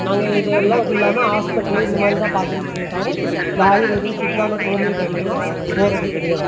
நாங்கள் இதுலாம் இல்லாமல் ஹாஸ்ப்பிட்டலு இந்த மாதிரி தான் பார்த்துன்னு இருக்கிறோமே தவிற இந்த ஆயுர்வேதம் சித்தா மற்றும் ஹோமியோபதிக்கலாம் போகிறதே கிடையாது